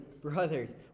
brothers